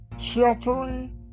sheltering